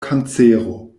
kancero